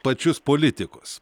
pačius politikus